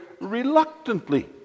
reluctantly